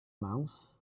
mouse